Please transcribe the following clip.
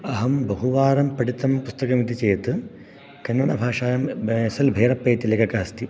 अहं बहुवारं पठितम् पुस्तकम् इति चेत् कन्नडाभाषायां एस् एल् भैरप्पा इति लेखकः अस्ति